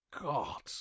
God